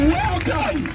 welcome